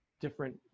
different